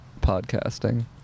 podcasting